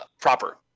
proper